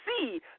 see